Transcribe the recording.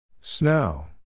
Snow